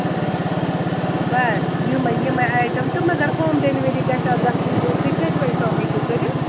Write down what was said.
بَس یِمَے یِمَے آیٹَم تہٕ مگر ہوم ڈٮ۪لؤری گژھِ اَتھ گَژھٕنۍ تُہۍ کٔژِ بَجہِ تام ہیٚکِو کٔرِتھ